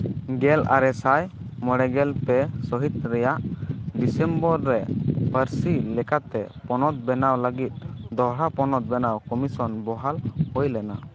ᱜᱮᱞᱟᱨᱮ ᱥᱟᱭ ᱢᱚᱬᱮᱜᱮᱞ ᱯᱮ ᱥᱟᱹᱦᱤᱛ ᱨᱮᱭᱟᱜ ᱰᱤᱥᱮᱢᱵᱚᱨ ᱨᱮ ᱯᱟᱹᱨᱥᱤ ᱞᱮᱠᱟᱛᱮ ᱯᱚᱱᱚᱛ ᱵᱮᱱᱟᱣ ᱞᱟᱹᱜᱤᱫ ᱫᱚᱲᱦᱟ ᱯᱚᱱᱚᱛ ᱵᱮᱱᱟᱣ ᱠᱚᱢᱤᱥᱚᱱ ᱵᱚᱦᱟᱞ ᱦᱩᱭ ᱞᱮᱱᱟ